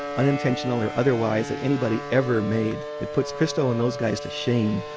unintentionally or otherwise that anybody ever made that puts christo and those guys to shame,